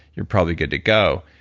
you're probably good to go.